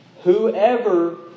Whoever